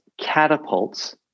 catapults